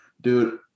dude